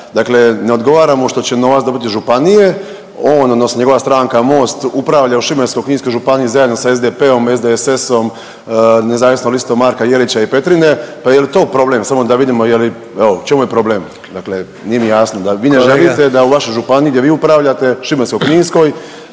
Dakle, ne odgovara mu što će novac dobiti županije, on odnosno njegova stranka MOST upravlja u Šibensko-kninskoj županiji zajedno sa SDP-om, SDSS-om, nezavisnom listom Marka Jelića i Petrine, pa je li to problem, samo da vidimo je li, evo u čemu je problem. Dakle, nije mi jasno vi ne želite …/Upadica: Kolega …/… da u vašu županiju gdje vi upravljate Šibensko-kninskoj